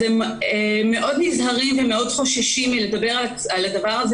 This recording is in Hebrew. הם מאוד נזהרים ומאוד חוששים מלדבר על הדבר הזה